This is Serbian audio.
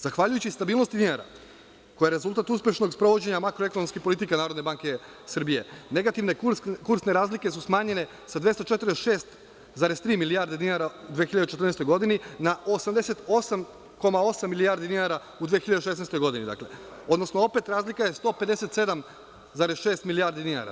Zahvaljujući stabilnosti dinara, koji je rezultat uspešnog sprovođenja makroekonomske politike NBS, negativne kursne razlike su smanjene sa 246,3 milijarde dinara u 2014. godini na 88,8 milijardi dinara u 2016. godini, odnosno opet, razlika je 157,6 milijardi dinara.